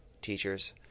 teachers